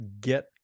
get